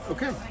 Okay